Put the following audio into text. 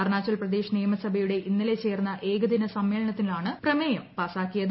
അരുണാചൽ പ്രദേശ് നിയമസഭയുടെ ഇന്നലെ ചേർന്ന ഏകദിന സമ്മേളനത്തിലാണ് പ്രമേയം പാസാക്കിയത്